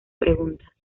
preguntas